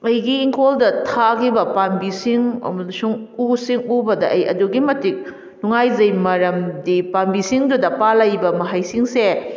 ꯑꯩꯒꯤ ꯏꯪꯈꯣꯜꯗ ꯊꯥꯈꯤꯕ ꯄꯥꯝꯕꯤꯁꯤꯡ ꯑꯃꯗꯁꯨꯡ ꯎꯁꯤꯡ ꯎꯕꯗ ꯑꯩ ꯑꯗꯨꯛꯀꯤ ꯃꯇꯤꯛ ꯅꯨꯡꯉꯥꯏꯖꯩ ꯃꯔꯝꯗꯤ ꯄꯥꯝꯕꯤꯁꯤꯡꯗꯨꯗ ꯄꯥꯜꯂꯛꯏꯕ ꯃꯍꯩꯁꯤꯡꯁꯦ